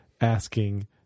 asking